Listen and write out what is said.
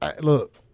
Look